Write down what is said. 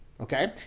Okay